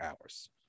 hours